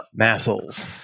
Massholes